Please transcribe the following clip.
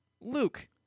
Luke